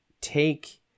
take